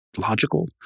logical